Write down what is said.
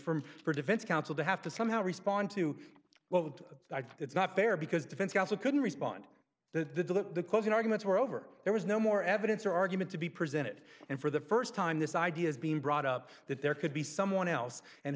from her defense counsel to have to somehow respond to what i think it's not fair because defense counsel couldn't respond to the closing arguments were over there was no more evidence or argument to be presented and for the first time this idea has been brought up that there could be someone else and